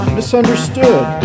misunderstood